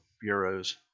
bureaus